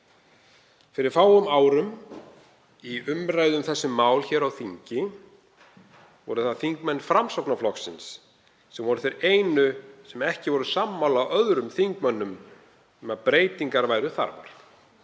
Fyrir fáum árum í umræðu um þessi mál hér á þingi voru þingmenn Framsóknarflokksins þeir einu sem ekki voru sammála öðrum þingmönnum um að breytingar væru þarfar.